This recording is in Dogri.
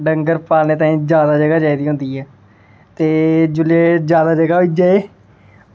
डंगर पालने ताहीं जादा जगह् चाहिदी होंदी ऐ ते जेल्लै जादा जगह् होई जाए